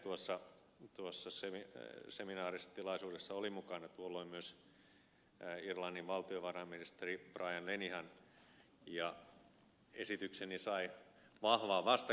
tuossa seminaaritilaisuudessa oli mukana tuolloin myös irlannin valtiovarainministeri brian lenihan ja esitykseni sai vahvaa vastakaikua